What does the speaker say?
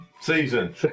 Season